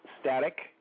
static